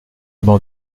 banc